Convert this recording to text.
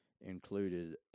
included